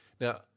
Now